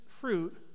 fruit